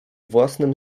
własnym